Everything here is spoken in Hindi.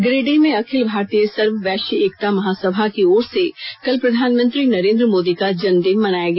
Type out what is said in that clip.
गिरिडीह में अखिल भारतीय सर्व वैश्य एकता महासभा की ओर से कल प्रधानमंत्री नरेंद्र मोदी का जन्मदिन मनाया गया